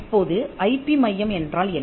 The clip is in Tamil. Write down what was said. இப்போது ஐபி மையம் என்றால் என்ன